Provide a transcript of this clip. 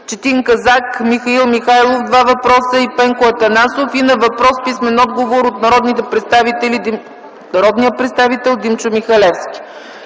Четин Казак, Михаил Михайлов два въпроса, Пенко Атанасов, и на въпрос с писмен отговор от народния представител Димчо Михалевски;